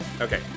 okay